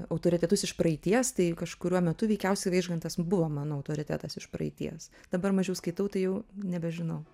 autoritetus iš praeities tai kažkuriuo metu veikiausiai vaižgantas buvo man autoritetas iš praeities dabar mažiau skaitau tai jau nebežinau